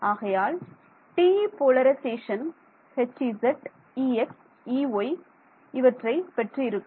ஆகையால் TE polarisation Hz Ex Ey பெற்று இருக்கும்